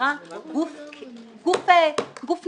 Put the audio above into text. שנקרא גוף נייר.